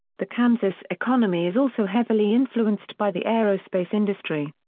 the kansas economy is also heavily influenced by the aerospace industry.